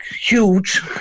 huge